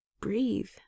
Breathe